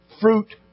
fruit